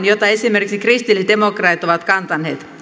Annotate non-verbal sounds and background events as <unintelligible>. <unintelligible> jota esimerkiksi kristillisdemokraatit ovat kantaneet